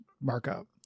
markup